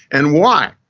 and why?